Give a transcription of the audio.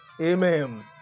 Amen